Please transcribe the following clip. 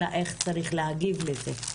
אלא איך צריך להגיב לזה.